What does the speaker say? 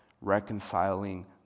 reconciling